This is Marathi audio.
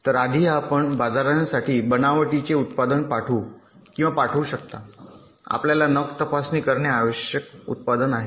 तर आधी आपण बाजारासाठी बनावटीचे उत्पादन पाठवू किंवा पाठवू शकता आपल्याला नख तपासणी करणे आवश्यक उत्पादन आहे